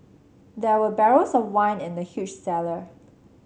there were barrels of wine in the huge cellar